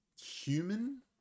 human